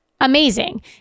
amazing